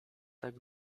tak